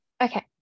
Okay